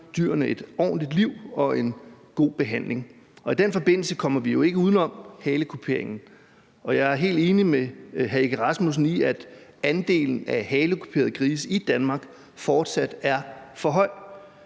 dyrene et ordentligt liv og en god behandling. I den forbindelse kommer vi jo ikke uden om halekuperingen, og jeg er helt enig med hr. Søren Egge Rasmussen i, at andelen af halekuperede grise i Danmark fortsat er for høj.